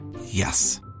Yes